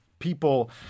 People